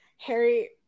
Harry